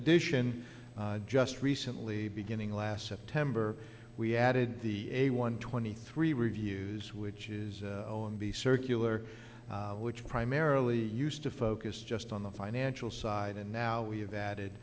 addition just recently beginning last september we added the a one twenty three reviews which is the circular which primarily used to focus just on the financial side and now we have added